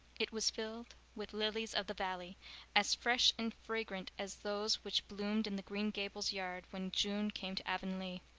it was filled with lilies-of-the-valley, as fresh and fragrant as those which bloomed in the green gables yard when june came to avonlea.